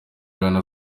rihanna